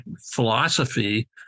philosophy